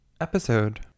episode